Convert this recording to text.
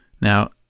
Now